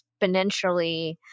exponentially